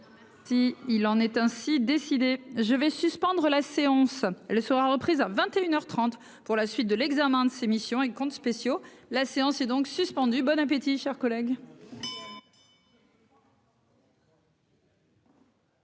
Si il en est ainsi décidé, je vais suspendre la séance le sera reprise à 21 heures 30 pour la suite de l'examen de ces missions et comptes spéciaux, la séance est donc suspendu bonne appétit chers collègues.